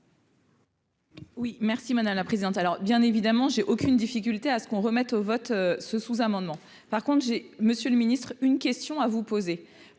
Oui merci madame la présidente, alors bien évidemment, j'ai aucune difficulté à ce qu'on remette au vote ce sous-amendement, par contre j'ai Monsieur le Ministre, une question à vous poser,